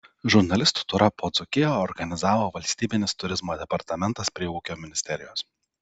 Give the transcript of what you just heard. žurnalistų turą po dzūkiją organizavo valstybinis turizmo departamentas prie ūkio ministerijos